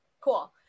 Cool